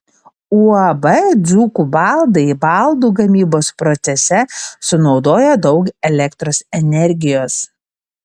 uab dzūkų baldai baldų gamybos procese sunaudoja daug elektros energijos